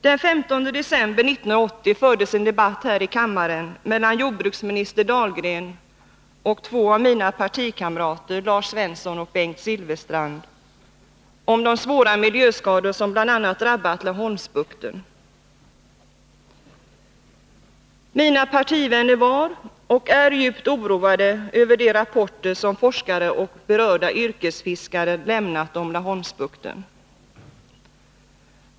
Den 15 december 1980 fördes en debatt här i kammaren mellan jordbruksminister Dahlgren och två av mina partikamrater, Lars Svensson och Bengt Silfverstrand, om de svåra miljöskador som drabbat bl.a. Laholmsbukten. Mina partivänner var och är djupt oroade över de rapporter som forskare och berörda yrkesfiskare lämnat om Laholmsbukten.